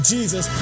Jesus